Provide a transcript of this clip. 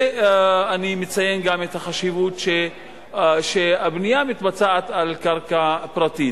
ואני מציין גם את החשיבות בכך שהבנייה מתבצעת על קרקע פרטית.